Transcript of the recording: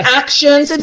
actions